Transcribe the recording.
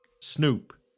Snoop